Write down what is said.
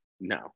No